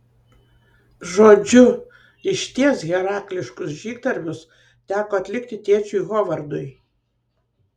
žodžiu išties herakliškus žygdarbius teko atlikti tėčiui hovardui